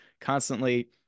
constantly